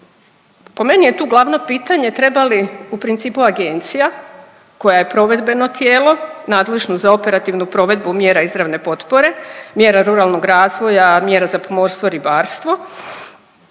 po meni je tu glavno pitanje treba li u principu agencija koja je provedbeno tijelo, nadležno za operativnu provedbu mjera izravne potpore, mjera ruralnog razvoja, mjera za pomorstvo, ribarstvo